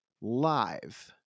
live